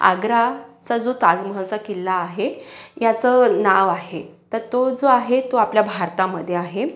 आग्राचा जो ताजमहालचा किल्ला आहे याचं नाव आहे तर तो जो आहे तो आपल्या भारतामध्ये आहे